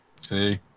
see